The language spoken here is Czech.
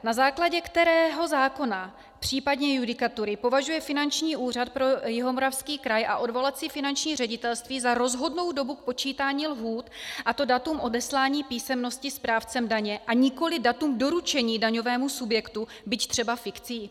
Na základě kterého zákona, případně judikatury, považuje Finanční úřad pro Jihomoravský kraj a odvolací finanční ředitelství za rozhodnou dobu k počítání lhůt datum odeslání písemnosti správcem daně, a nikoli datum doručení daňovému subjektu, byť třeba fikcí?